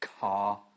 car